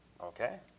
Okay